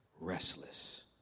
restless